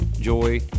Joy